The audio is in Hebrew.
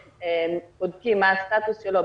בודקים מה הסטטוס שלו,